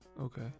Okay